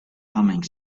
humming